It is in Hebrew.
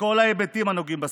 בכל ההיבטים הנוגעים בספורט,